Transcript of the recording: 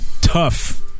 tough